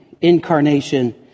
incarnation